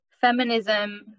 feminism